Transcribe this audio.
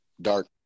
Dark